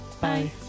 Bye